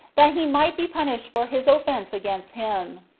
that he might be punished for his offense against him.